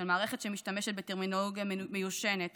של מערכת שמשתמשת בטרמינולוגיה מיושנת